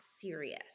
serious